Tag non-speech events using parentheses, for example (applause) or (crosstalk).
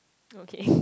okay (breath)